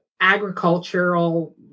agricultural